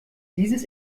dieses